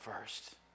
first